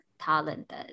talented